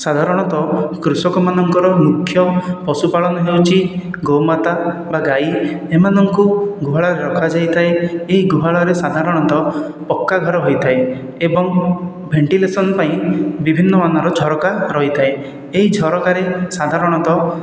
ସାଧାରଣତଃ କୃଷକମାନଙ୍କର ମୁଖ୍ୟ ପଶୁପାଳନ ହେଉଛି ଗୋମାତା ବା ଗାଈ ଏମାନଙ୍କୁ ଗୁହାଳରେ ରଖାଯାଇଥାଏ ଏହି ଗୁହାଳରେ ସାଧାରଣତଃ ପକ୍କା ଘର ହୋଇଥାଏ ଏବଂ ଭେଣ୍ଟିଲେସନ ପାଇଁ ବିଭିନ୍ନ ମାନର ଝରକା ରହିଥାଏ ଏହି ଝରକାରେ ସାଧାରଣତଃ